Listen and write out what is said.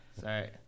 Sorry